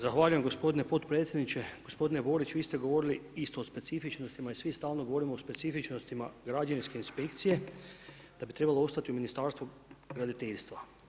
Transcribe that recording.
Zahvaljujem gospodine potpredsjedniče, gospodine Borić, vi ste govorili isto o specifičnostima i svi stalno govorimo o specifičnostima građevinske inspekcije, da bi trebalo ostati u Ministarstvu graditeljstva.